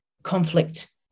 conflict